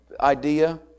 idea